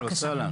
אני מצטערת,